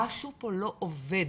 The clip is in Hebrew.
משהו פה לא עובד